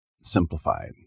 simplified